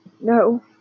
No